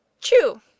chew